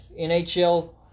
NHL